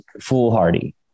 foolhardy